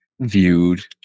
viewed